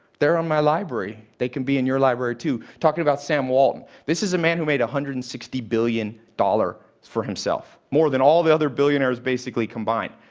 they're on my library. they can be in your library, too. talking about sam walton. this is a man who made one hundred and sixty billion dollars for himself, more than all the other billionaires, basically, combined.